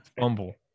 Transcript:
fumble